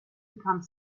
become